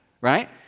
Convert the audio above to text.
right